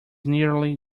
nearly